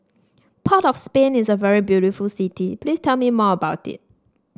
Port of Spain is a very beautiful city please tell me more about it